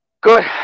Good